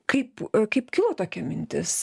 kaip kaip kilo tokia mintis